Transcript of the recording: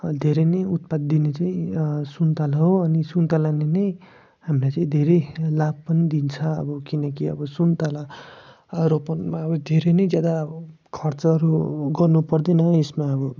धेरै नै उत्पाद दिने चाहिँ सुन्ताला हो अनि सुन्तालाले नै हामीलाई चाहिँ धेरै लाभ पनि दिन्छ अब किनकि अब सुन्ताला रोपनमा अब धेरै नै ज्यादा खर्चहरू गर्नु पर्दैन यसमा अब